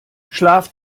schlaf